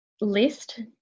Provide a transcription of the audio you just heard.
list